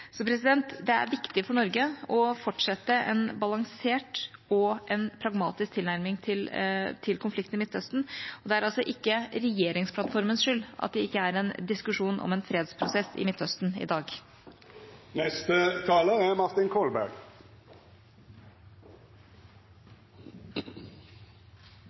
Det er viktig for Norge å fortsette en balansert og pragmatisk tilnærming til konflikten i Midtøsten, og det er ikke regjeringsplattformens skyld at det ikke er en diskusjon om en fredsprosess i Midtøsten i dag. Jeg mener det er